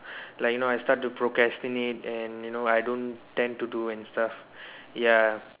like you know I start to procrastinate and you know I don't tend to do and stuff ya